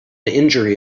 injury